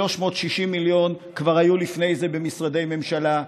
360 מיליון כבר היו לפני זה במשרדי ממשלה,